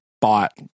bought